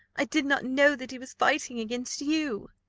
i did not know that he was fighting against you.